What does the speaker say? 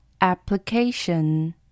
application